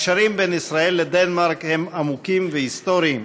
הקשרים בין ישראל לדנמרק הם עמוקים והיסטוריים.